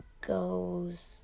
goes